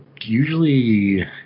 usually